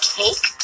cake